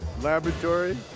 laboratory